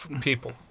people